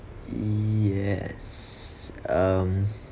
yes um